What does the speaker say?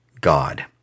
God